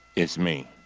it's me,